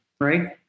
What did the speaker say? right